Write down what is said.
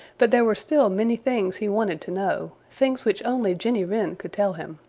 but there were still many things he wanted to know, things which only jenny wren could tell him.